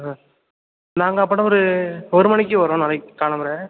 ஆ நாங்கள் அப்போனா ஒரு ஒரு மணிக்கு வரோம் நாளைக்கு காலம்பர